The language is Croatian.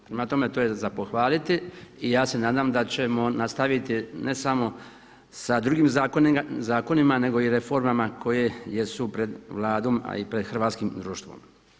Prema tome, to je za pohvaliti i ja se nadam da ćemo nastaviti ne samo sa drugim zakonima, nego i reformama koje jesu pred Vladom, a i pred hrvatskim društvom.